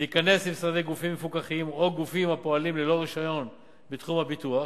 להיכנס למשרדי גופים מפוקחים או גופים הפועלים ללא רשיון בתחום הביטוח,